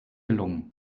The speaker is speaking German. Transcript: gelungen